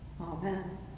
amen